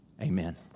amen